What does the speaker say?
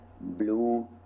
blue